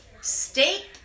steak